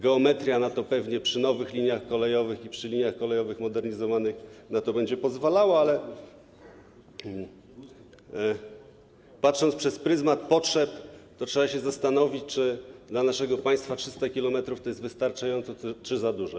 Geometria pewnie przy nowych liniach kolejowych i przy liniach kolejowych modernizowanych będzie na to pozwalała, ale patrząc przez pryzmat potrzeb, trzeba się zastanowić, czy dla naszego państwa 300 km to jest wystarczająco czy za dużo.